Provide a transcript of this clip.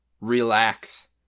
Relax